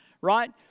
Right